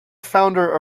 founder